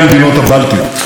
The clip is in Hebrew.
עבורי זו הייתה מעין